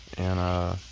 and